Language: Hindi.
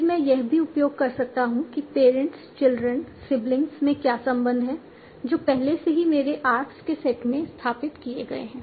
फिर मैं यह भी उपयोग कर सकता हूं कि पेरेंट्स चिल्ड्रन सिब्लिंग्स में क्या संबंध हैं जो पहले से ही मेरे आर्क्स के सेट में स्थापित किए गए हैं